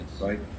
right